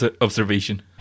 observation